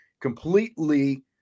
Completely